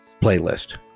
playlist